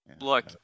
Look